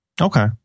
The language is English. Okay